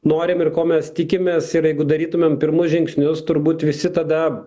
norim ir ko mes tikimės ir jeigu darytumėm pirmus žingsnius turbūt visi tada